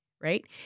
right